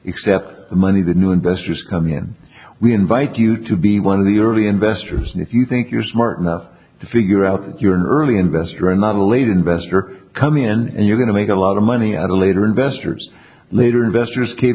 except the money the new investors come in we invite you to be one of the early investors and if you think you're smart enough to figure out your early investor and not a late investor coming in and you're going to make a lot of money at a later investors later investors ca